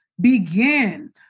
begin